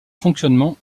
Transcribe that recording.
fonctionnement